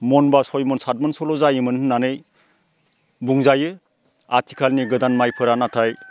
मनबा सयमन सातमनसोल' जायोमोन होननानै बुंजायो आथिखालनि गोदान माइफोरा नाथाय